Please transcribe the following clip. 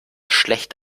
schlecht